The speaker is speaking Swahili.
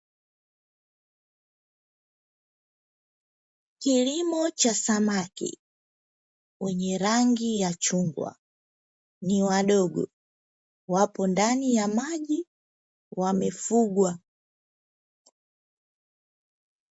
Kilimo cha samaki Rangi ya chungw, ni Wadogo Wapo ndani ya maji Wamefugwa